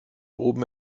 oben